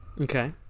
okay